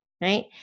right